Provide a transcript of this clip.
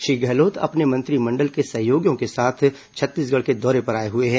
श्री गहलोत अपने मंत्रिमंडल के सहयोगियों के साथ छत्तीसगढ़ के दौरे पर आए हुए हैं